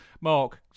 Mark